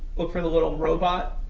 look for the little robot,